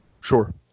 Sure